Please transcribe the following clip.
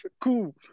cool